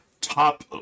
top